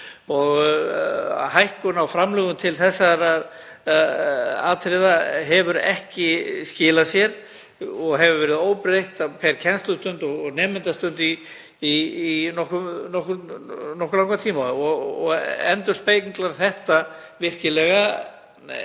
Hækkun á framlögum til þessara atriða hefur ekki skilað sér og hefur verið óbreytt á kennslustund og nemendastund í nokkuð langan tíma. Endurspeglar þetta virkilega